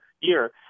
year